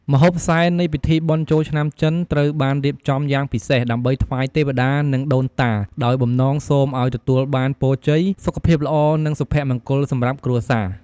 ម្ហូបសែន នៃពិធីបុណ្យចូលឆ្នាំចិន ត្រូវបានរៀបចំយ៉ាងពិសេស ដើម្បីថ្វាយទេវតានិងដូនតា ដោយបំណងសូមឲ្យទទួលបានពរជ័យ សុខភាពល្អ និងសុភមង្គលសម្រាប់គ្រួសារ។